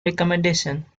recomendation